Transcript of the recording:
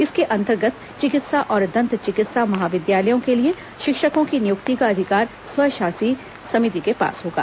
इसके अन्तर्गत चिकित्सा और दंत चिकित्सा महाविद्यालयों के लिए शिक्षकों की नियुक्ति का अधिकार स्वशासी समिति के पास होगा